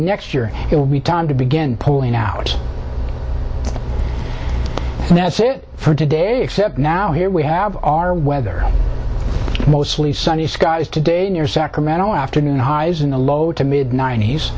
next year it will be time to begin pulling out and that's it for today except now here we have our weather mostly sunny skies today near sacramento afternoon highs in the low to mid ninet